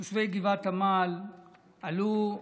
תושבי גבעת עמל עלו,